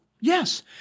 Yes